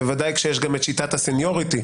בוודאי כשיש גם את שיטת הסניוריטי,